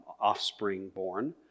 offspring-born